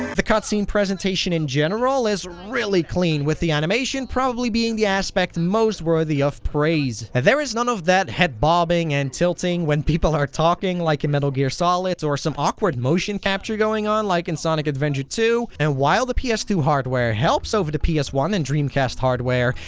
the cutscene presentation in general is really clean, with the animation probably being the aspect most worthy of praise. there is none of that head bobbing and tilting when people are talking like in metal gear solid, or some awkward motion capture going on like in sonic adventure two, and while the p s two hardware helps over the p s one and dreamcast hardware,